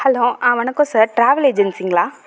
hello வணக்கம் sir travel ஏஜென்சிங்களா